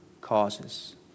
causes